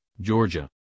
georgia